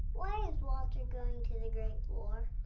why is walter going to the great war?